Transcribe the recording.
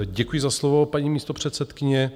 Děkuji za slovo, paní místopředsedkyně.